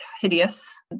hideous